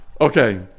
Okay